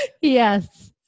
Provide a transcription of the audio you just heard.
yes